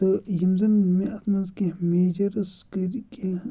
تہٕ یِم زَن مےٚ اَتھ منٛز کیٚنٛہہ میجَرٕس کٔرۍ کیٚنٛہہ